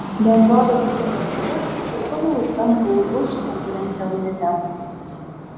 bendrovė bitė lietuva ir toliau tampo už ūsų konkurentę omnitel